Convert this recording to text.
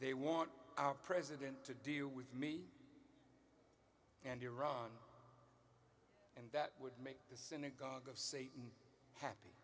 they want our president to deal with me and iran and that would make the synagogue of satan happy